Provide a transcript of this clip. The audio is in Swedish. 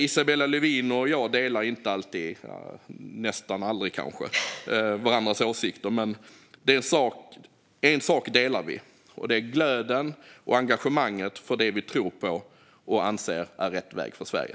Isabella Lövin och jag delar inte alltid - nästan aldrig kanske - varandras åsikter, men en sak delar vi, och det är glöden och engagemanget för det vi tror på och anser är rätt väg för Sverige.